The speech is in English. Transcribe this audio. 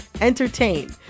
entertain